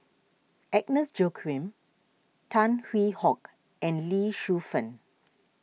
Agnes Joaquim Tan Hwee Hock and Lee Shu Fen